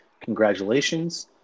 Congratulations